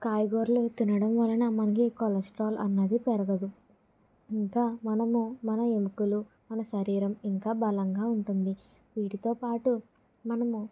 కాయగూరలు తినడం వలన మనకి కొలెస్ట్రాల్ అన్నది పెరగదు ఇంకా మనము మన ఎముకలు మన శరీరం ఇంకా బలంగా ఉంటుంది వీటితో పాటు మనము